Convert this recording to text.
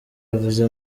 avuze